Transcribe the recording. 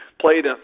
played